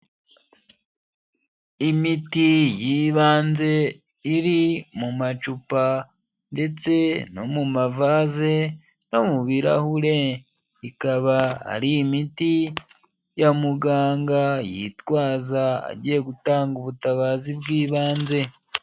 Imiti y'ibanze iri mu macupa ndetse no mu mavase no mu birahure. Ikaba ari imiti ya muganga yitwaza agiye gutanga ubutabazi bw'ibanze.